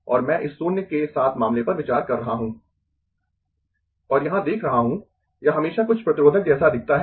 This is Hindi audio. और मैं इस शून्य के साथ मामले पर विचार कर रहा हूं और यहां देख रहा हूं यह हमेशा कुछ प्रतिरोधक जैसा दिखता है